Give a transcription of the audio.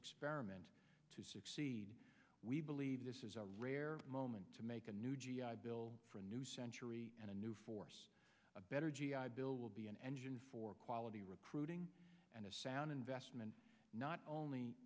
experiment to succeed we believe this is a rare moment to make a new g i bill for a new century and a new force a better g i bill will be an engine for quality recruiting and a sound investment not only